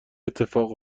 اتفاق